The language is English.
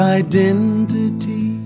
identity